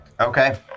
Okay